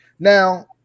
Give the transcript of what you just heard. Now